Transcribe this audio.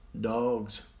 dogs